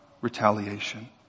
retaliation